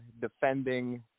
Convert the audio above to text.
defending